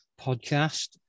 podcast